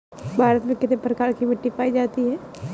भारत में कितने प्रकार की मिट्टी पाई जाती है?